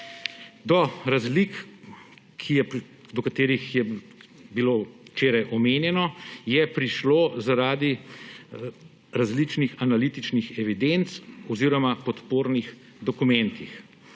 Do razlik, ki so bile včeraj omenjene, je prišlo zaradi različnih analitičnih evidenc oziroma podpornih dokumentov.